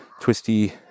twisty